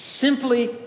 simply